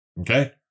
Okay